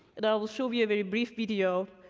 and i will show you a very brief video